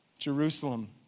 Jerusalem